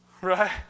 Right